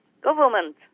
government